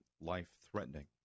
life-threatening